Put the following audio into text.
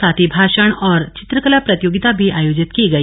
साथ ही भाषण और चित्रकला प्रतियोगिता भी आयोजित की गई